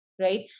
right